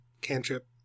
cantrip